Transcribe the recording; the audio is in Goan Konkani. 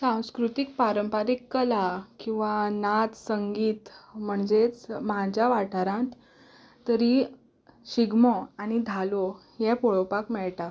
सांस्कृतीक पारंपारीक कला किंवा नाच संगीत म्हणजेच म्हाज्या वाटारांत तरी शिगमो आनी धालो हें पळोपाक मेळटा